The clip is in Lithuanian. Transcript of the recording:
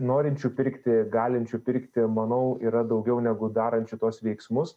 norinčių pirkti galinčių pirkti manau yra daugiau negu darančių tuos veiksmus